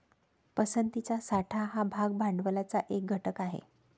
पसंतीचा साठा हा भाग भांडवलाचा एक घटक आहे